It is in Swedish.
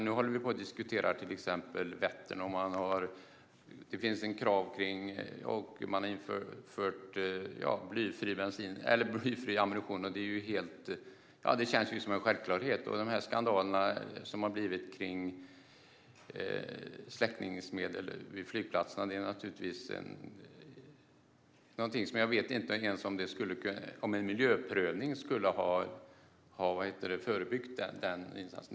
Nu håller vi till exempel på att diskutera Vättern, och man har infört krav på blyfri ammunition. Det känns som en självklarhet. Jag vet inte om en miljöprövning skulle ha förebyggt de skandaler som har varit i fråga om släckningsmedel vid flygplatser.